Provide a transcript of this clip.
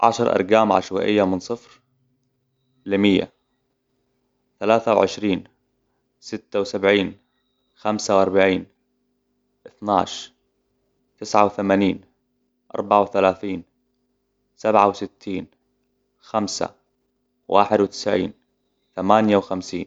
عشر أرقام عشوائية من صفر لمية ثلاثة وعشرين ,ستة وسبعين, خمسة واربعين, إثناش, تسعة وثمانين ,اربعة وثلاثين, سبعة وستين, خمسة, واحد وتسعين ,ثمانية وخمسين.